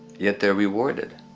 yet, they are rewarded!